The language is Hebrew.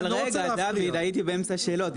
רגע, דוד, הייתי באמצע שאלות.